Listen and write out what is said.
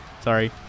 sorry